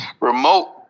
remote